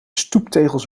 stoeptegels